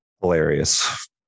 hilarious